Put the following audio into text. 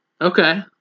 Okay